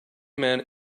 man